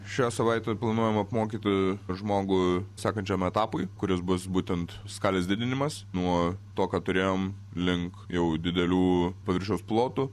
šią savaitę planuojam apmokyti žmogų sekančiam etapui kuris bus būtent skalės didinimas nuo to ką turėjom link jau didelių paviršiaus plotų